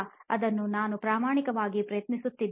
ಅದನ್ನು ನಾನು ಪ್ರಾಮಾಣಿಕವಾಗಿ ಪ್ರಯತ್ನಿಸುತ್ತೇನೆ